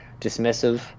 dismissive